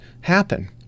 happen